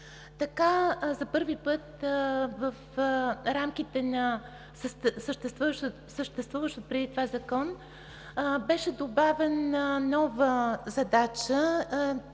Така за първи път в рамките на съществуващия преди закон беше добавена нова задача,